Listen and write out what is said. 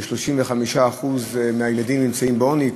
כש-35% מהילדים נמצאים בעוני,